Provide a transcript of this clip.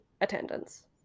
attendance